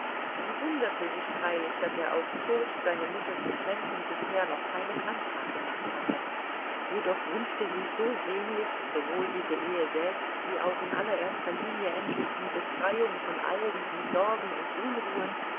sie wunderte sich freilich daß er aus furcht seine mutter zu kränken bisher noch keinen antrag gemacht hatte jedoch wünschte sie so sehnlich sowohl diese ehe selbst wie auch in allererster linie endlich die befreiung von all diesen sorgen und unruhen